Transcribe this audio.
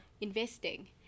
investing